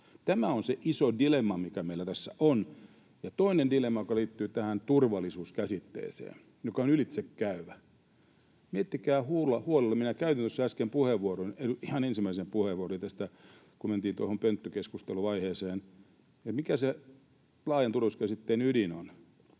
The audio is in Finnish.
Tämä on se iso dilemma, mikä meillä tässä on. Toinen dilemma, joka liittyy tähän turvallisuuskäsitteeseen ja joka on ylitsekäyvä: Miettikää huolella — minä käytin äsken puheenvuoron, ihan ensimmäisen puheenvuoroni tästä, kun mentiin tuohon pönttökeskusteluaiheeseen — mikä se laajan turvallisuuskäsitteen ydin on